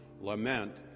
lament